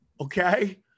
Okay